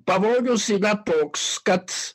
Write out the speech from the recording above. pavojaus yra toks kad